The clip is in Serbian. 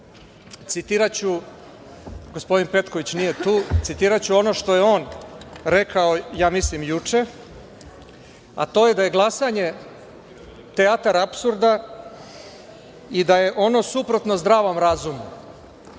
citiraću, gospodin Petković nije tu, citiraću ono što je on rekao, ja mislim juče, a to je da je glasanje teatar apsurda i da je ono suprotno zdravom razumu.